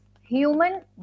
human